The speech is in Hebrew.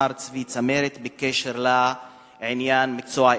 מר צבי צמרת, בקשר למקצוע האזרחות.